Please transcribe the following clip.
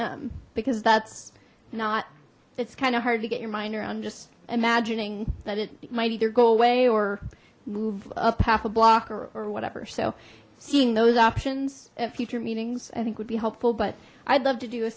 to because that's not it's kind of hard to get your mind around just imagining that it might either go away or move up half a block or whatever so seeing those options at future meetings i think would be helpful but i'd love to do a